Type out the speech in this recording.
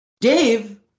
Dave